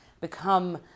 become